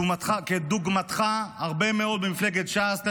וכדוגמתך הרבה מאוד ממפלגת ש"ס,